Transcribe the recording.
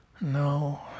No